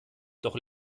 doch